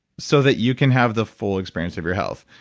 so that you can have the full experience of your health.